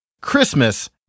Christmas